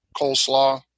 coleslaw